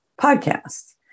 podcasts